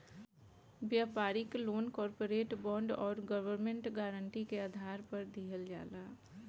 व्यापारिक loan corporate bond आउर government guarantee के आधार पर दिहल जाला